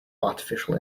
artificial